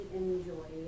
enjoy